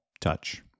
touch